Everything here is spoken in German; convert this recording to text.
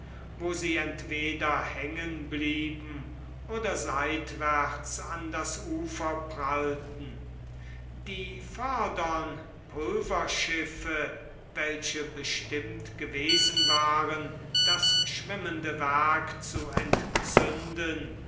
wo sie entweder hängenblieben oder seitwärts an das ufer prallten die vordern pulverschiffe welche bestimmt gewesen waren das schwimmende werk zu entzünden